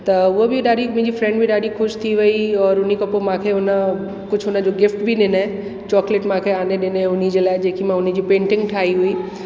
त उहो बि ॾाढी मुंहिंजी फ्रेंड बि ॾाढी ख़ुशि थी वेई और हुन खां पोइ मांखे हुन कुझु हुनजो गिफ्ट बि ॾिनई चॉकलेट मांखे हाणे ॾिनई हुनजे लाइ जेकी मां हुनजी पेंटिंग ठाहीं हुई